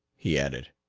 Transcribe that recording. he added.